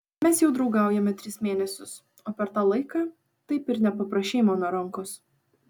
mes jau draugaujame tris mėnesius o per tą laiką taip ir nepaprašei mano rankos